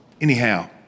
Anyhow